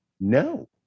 No